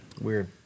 weird